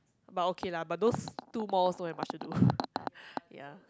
but okay lah but those two malls don't have much to do ya